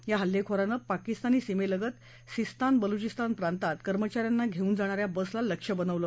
या हल्लेखोराने पाकिस्तानी सीमेलगत सिस्तान बलूचिस्तान प्रांतात कर्मचाऱ्यांना घेऊन जाणाऱ्या बसला लक्ष्य बनवले